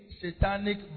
satanic